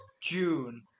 June